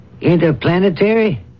Interplanetary